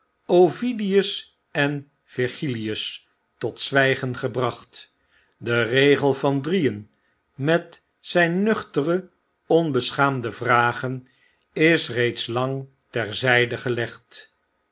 ovidius en virgilius tot zwygen gebracht de kegel van drieen met zyn nuchtere onbeschaamde vragen is reeds lang ter zyde gelegd